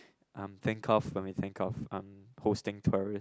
um think of when we think of um hosting tourist